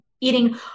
eating